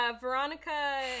Veronica